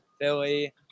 Philly